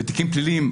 בתיקים פליליים,